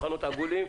שולחנות עגולים,